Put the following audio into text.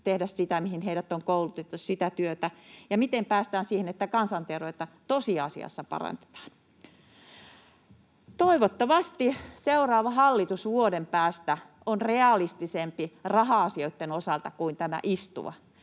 tehdä sitä työtä, mihin heidät on koulutettu, ja miten päästään siihen, että kansanterveyttä tosiasiassa parannetaan? Toivottavasti seuraava hallitus vuoden päästä on realistisempi raha-asioitten osalta kuin tämä istuva.